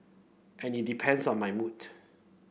and it depends on my